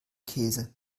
käse